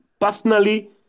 personally